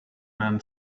man